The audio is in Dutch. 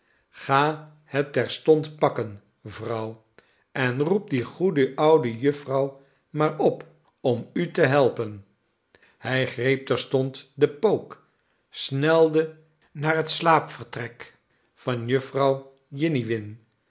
ga het terstond pakken vrouw en roep die goede oude jufvrouw maar op om u te helpen hij greep terstond den pook snelde naar het slaapvertrek van jufvrouw jiniwin